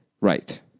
Right